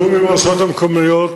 התיאום עם הרשויות המקומיות,